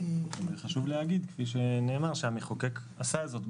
וחשוב להגיד, כפי שנאמר, שהמחוקק עשה זאת.